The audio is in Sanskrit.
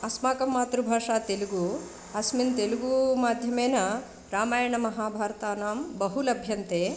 अस्माकं मातृभाषा तेलुगू अस्मिन् तेलुगू माध्यमेन रामायणमहाभारतानां बहु लभ्यन्ते